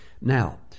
Now